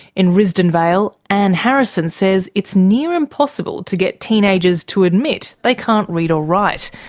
in risdon vale, anne harrison says it's near impossible to get teenagers to admit they can't read or write,